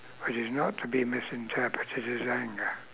which is not to be misinterpreted as anger